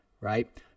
right